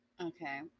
okay